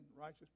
righteous